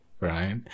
right